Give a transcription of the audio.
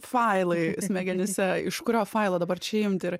failai smegenyse iš kurio failo dabar čia imt ir